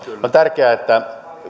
on tärkeää että